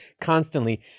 constantly